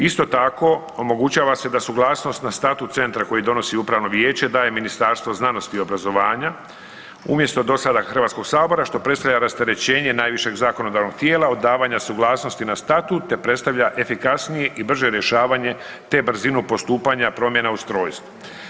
Isto tako omogućava se da suglasnost na statut centra koji donosi upravno vijeće daje Ministarstvo znanosti i obrazovanja, umjesto do sada HS-a što predstavlja rasterećenje najvišeg zakonodavnog tijela od davanja suglasnosti na statut te predstavlja efikasnije i brže rješavanje te brzinu postupanja promjena ustrojstva.